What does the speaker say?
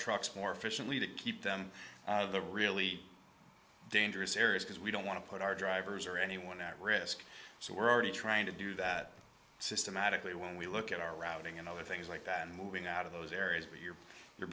trucks more efficiently to keep them out of the really dangerous areas because we don't want to put our drivers or anyone at risk so we're already trying to do that systematically when we look at our routing and other things like that and moving out of those areas but you're you're